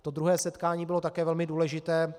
To druhé setkání bylo také velmi důležité.